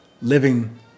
living